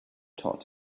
taught